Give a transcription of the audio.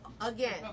Again